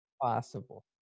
Possible